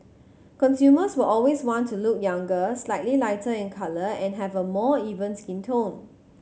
consumers will always want to look younger slightly lighter in colour and have a more even skin tone